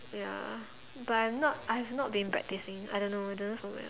ya but I'm not I've not been practicing I don't know whether from where ah